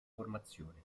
formazione